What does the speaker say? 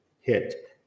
hit